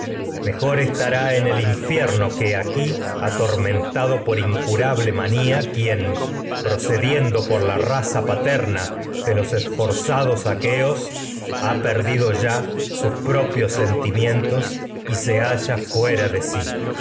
mejor estará el infierno que aquí atormentado por por incurable manía quien proce diendo la raza paterna de los esforzados aqueos ha sus perdido ya si propios sentimientos funesta y se halla fuera de es